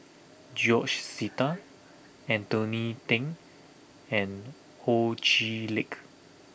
George Sita Anthony Then and Ho Chee Lick